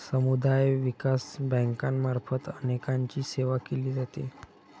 समुदाय विकास बँकांमार्फत अनेकांची सेवा केली जाते